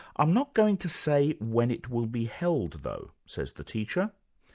i'm not going to say when it will be held though says the teacher,